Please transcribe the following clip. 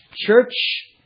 Church